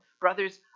Brothers